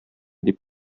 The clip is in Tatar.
дип